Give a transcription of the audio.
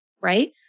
Right